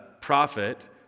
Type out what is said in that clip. prophet